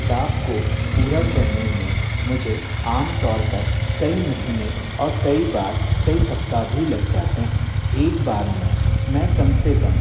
ताप को पूरा करने में मुझे आमतौर पर कई महीने और कई बार कई सप्ताह भी लग जाते हैं एक बार में मैं कम से कम